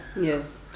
Yes